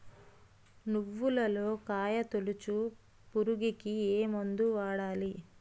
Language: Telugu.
నువ్వులలో కాయ తోలుచు పురుగుకి ఏ మందు వాడాలి?